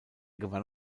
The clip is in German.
gewann